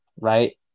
right